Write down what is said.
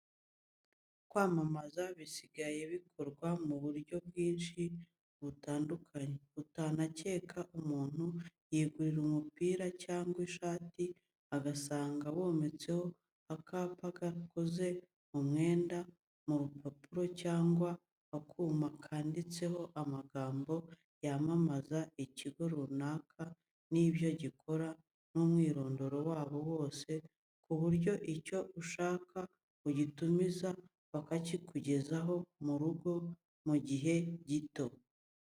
Kwamamaza bisigaye bikorwa mu buryo bwinshi butandukanye, utanakeka, umuntu yigurira umupira cyangwa ishati agasanga wometseho akapa gakoze mu mwenda, mu rupapuro cyangwa akuma, kanditseho amagambo yamamaza ikigo runaka n'ibyo gikora n'umwirondoro wabo wose ku buryo icyo ushaka ugitumiza bakakikugezaho mu rugo, mu gihe gito.